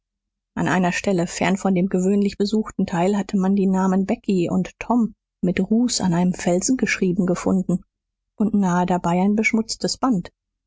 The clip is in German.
an einer stelle fern von dem gewöhnlich besuchten teil hatte man die namen becky und tom mit ruß an einem felsen geschrieben gefunden und nahe dabei ein beschmutztes band